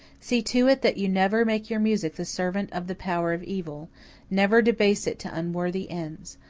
see to it that you never make your music the servant of the power of evil never debase it to unworthy ends.